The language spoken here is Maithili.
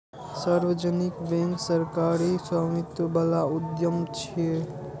सार्वजनिक बैंक सरकारी स्वामित्व बला उद्यम छियै